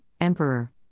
emperor